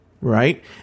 right